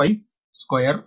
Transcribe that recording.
d 0